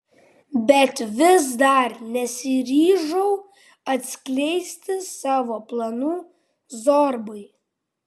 bet vis dar nesiryžau atskleisti savo planų zorbai